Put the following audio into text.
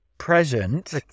Present